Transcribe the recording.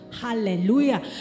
hallelujah